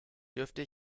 dürfte